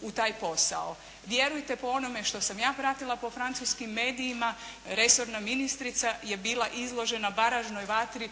u taj posao. Vjerujte po onome što sam ja pratila po francuskim medijima, resorna ministrica je bila izložena baražnoj vatri